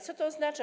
Co to oznacza?